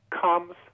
comes